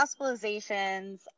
hospitalizations